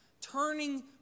turning